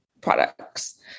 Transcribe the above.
products